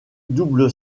double